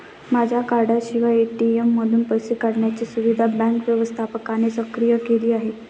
माझ्या कार्डाशिवाय ए.टी.एम मधून पैसे काढण्याची सुविधा बँक व्यवस्थापकाने सक्रिय केली आहे